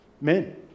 men